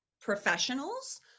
professionals